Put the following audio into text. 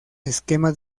esquemas